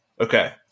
Okay